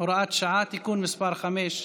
(הוראת שעה) (תיקון מס' 5),